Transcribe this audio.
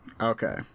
Okay